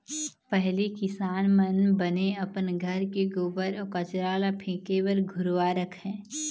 पहिली किसान मन बने अपन घर के गोबर अउ कचरा ल फेके बर घुरूवा रखय